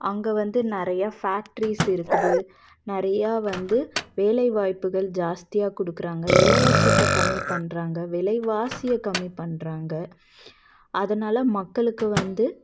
அங்கே வந்து நிறையா ஃபேக்ட்ரிஸ் இருக்குது நிறையா வந்து வேலைவாய்ப்புகள் ஜாஸ்தியாக கொடுக்குறாங்க இலவசத்தை கம்மி பண்ணுறாங்க விலைவாசியை கம்மி பண்ணுறாங்க அதனால் மக்களுக்கு வந்து